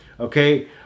okay